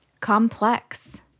complex